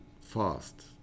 fast